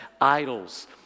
idols